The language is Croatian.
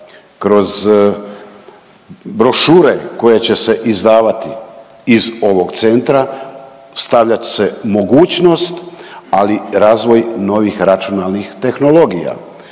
kroz brošure koje će se izdavati iz ovog centra stavljat se mogućnost, ali razvoj novih računalnih tehnologija.